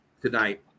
tonight